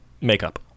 Makeup